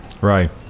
Right